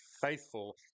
faithful